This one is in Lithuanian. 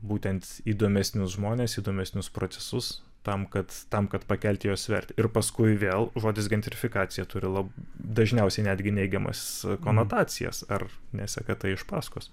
būtent įdomesnius žmones įdomesnius procesus tam kad tam kad pakelti jos vertę ir paskui vėl žodis gentrifikacija turi labai dažniausiai netgi neigiamas konotacijas ar nesekat iš paskos